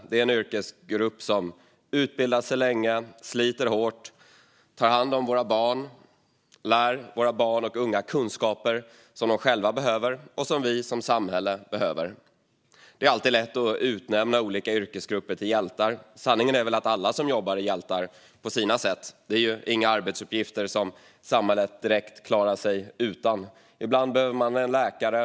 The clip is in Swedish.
Det är en yrkesgrupp som utbildar sig länge, sliter hårt, tar hand om våra barn och lär våra barn och unga kunskaper som de själva behöver och som vi som samhälle behöver. Det är alltid lätt att utnämna olika yrkesgrupper till hjältar. Sanningen är väl att alla som jobbar är hjältar på sina sätt. Det finns ju inga arbetsuppgifter som samhället direkt klarar sig utan. Ibland behöver man en läkare.